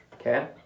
Okay